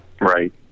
right